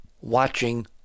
watching